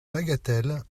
bagatelle